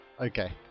okay